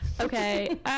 okay